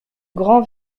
grand